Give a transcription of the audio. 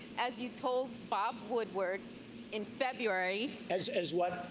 as you've told bob woodward in february. as as what?